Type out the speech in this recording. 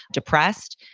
depressed.